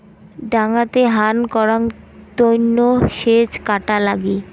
ডাঙাতে হান করাং তন্ন হেজ কাটা লাগি